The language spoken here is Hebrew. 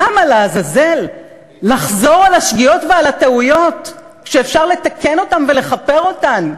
למה לעזאזל לחזור על השגיאות ועל הטעויות כשאפשר לתקן אותן ולכפר עליהן,